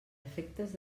efectes